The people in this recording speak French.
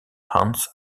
hans